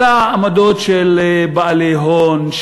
אלא עמדות של בעלי הון,